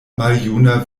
maljuna